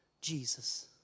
Jesus